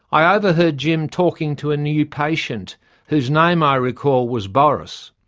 i ah overheard jim talking to a new patient whose name, i recall, was boris.